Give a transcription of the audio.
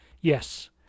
Yes